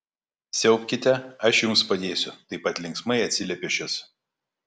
siaubkite aš jums padėsiu taip pat linksmai atsiliepė šis